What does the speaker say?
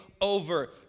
over